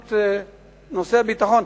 בקיצוץ תקציב הביטחון.